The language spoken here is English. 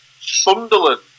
Sunderland